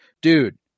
dude